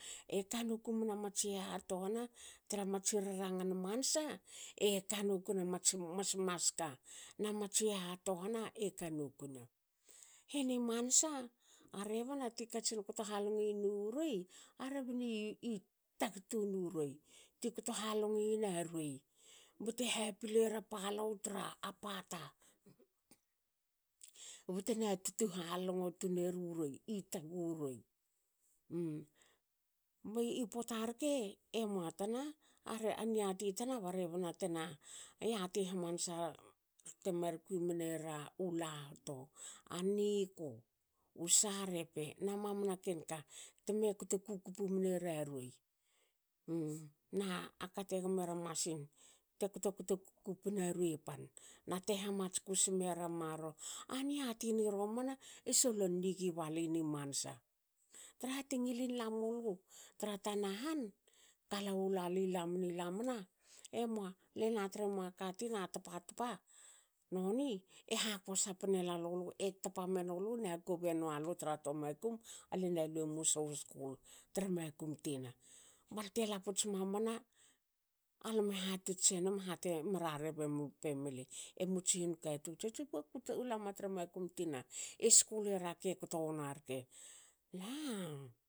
Eka noku mna matsi haha tohana tra matsi rarangan mansa. e kanokuna mats mas maska na matsi haha tohana ekanokuna. Heni mansa. a rebna ti katsin kto halongo iyen u rueia rebni tag tuni u ruei ti kto halongi yen a ruei bte pilera palou tra a pata btena tut halongo tunera ruei. i tag u ruei. Bi pota rke emua tana a niati tana ba rebna tana yati hamansar temar kui mnera u lahto. a niku u sarepe na mamana ken ka teme kto kukupu mnera ruei. na a kate gmera masin te ktokto kupna ruei pan nate hamats kus mera marro. A niati ni romana e solon nigi balinni mansa trah te ngilin lamulu tra tanahan ka kwi lalui lamna. lamna emua lena tremua katina tpa tpa noni eha kosa pne nalulu e tapa menulu na hakobi enua lu tra toa makum. ale naluemu suhu skul tra makum tina balte laputs mamana alame hatots senum hate me rarre bemu family emuts hinkatun "kulama tra makum tina e skul era ke kto wona rke.